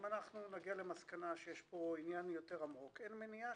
אם נגיע למסקנה שיש פה עניין יותר עמוק אין מניעה